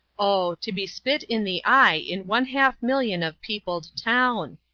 o! to be spit in the eye in one half million of peopled town.